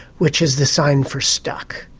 which is the sign for stuck.